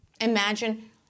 imagine